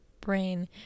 brain